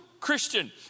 Christian